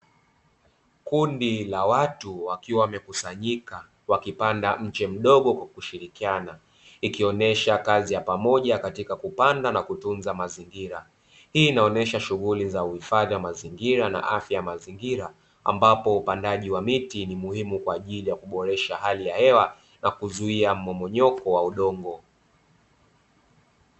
Kundi la watu wakiwa wamekusanyika wakipanda mche mdogo kwa kushirikiana ikionyesha kazi ya pamoja katika kupanda na kutunza mazingira, hii inaonyesha shughuli za uhifadhi wa mazingira na afya ya mazingira, ambapo upandaji wa miti ni muhimu kwa ajili ya kuboresha hali ya hewa na kuzuia mmomonyoko wa udongo.